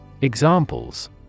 Examples